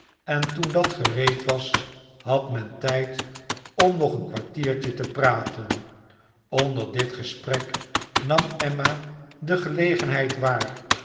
en toen dat gereed was had men tijd om nog een kwartiertje te praten onder dit gesprek nam emma de gelegenheid waar